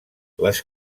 les